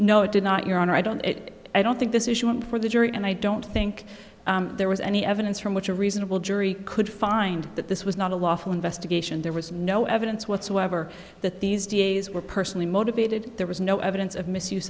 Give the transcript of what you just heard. no it did not your honor i don't it i don't think this issue one for the jury and i don't think there was any evidence from which a reasonable jury could find that this was not a lawful investigation there was no evidence whatsoever that these days were personally motivated there was no evidence of misuse